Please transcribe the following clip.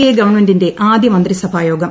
A ഗവൺമെന്റിന്റെ ആദ്യമന്ത്രിസഭാ യോഗം